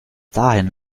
dahin